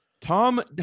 Tom